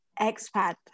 expat